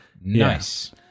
Nice